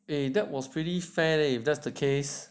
a that was pretty fair if that's the case